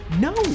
no